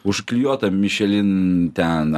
užklijuota mišelin ten